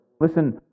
Listen